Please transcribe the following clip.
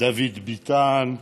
דוד ביטן,